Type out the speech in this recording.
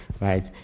right